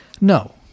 No